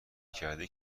کرده